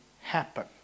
happen